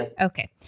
Okay